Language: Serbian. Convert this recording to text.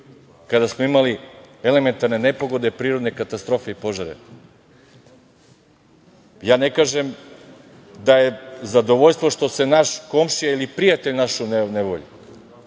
kada smo imali elementarne nepogode, prirodne katastrofe i požare. Ne kažem da je zadovoljstvo što se naš komšija ili prijatelj našao u nevolji,